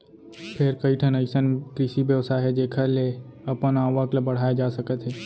फेर कइठन अइसन कृषि बेवसाय हे जेखर ले अपन आवक ल बड़हाए जा सकत हे